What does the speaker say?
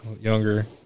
younger